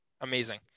Amazing